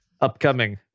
Upcoming